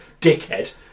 dickhead